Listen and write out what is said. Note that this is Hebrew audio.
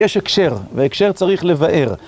יש הקשר, והקשר צריך לבאר.